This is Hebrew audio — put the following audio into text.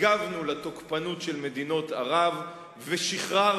הגבנו על התוקפנות של מדינות ערב ושחררנו